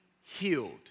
healed